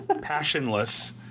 Passionless